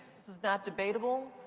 this is not debatable.